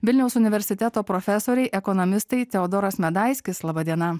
vilniaus universiteto profesoriai ekonomistai teodoras medaiskis laba diena